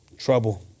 Trouble